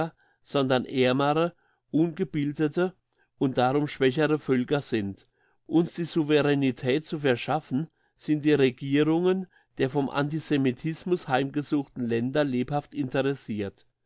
sondern ärmere ungebildete und darum schwächere völker sind uns die souveränetät zu verschaffen sind die regierungen der vom antisemitismus heimgesuchten länder lebhaft interessirt